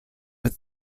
with